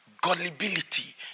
gullibility